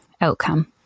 outcome